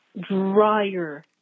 Drier